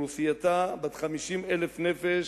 שאוכלוסייתה בת 50,000 נפש,